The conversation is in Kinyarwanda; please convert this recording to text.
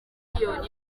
miliyoni